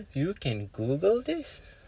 you can Google this